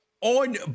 on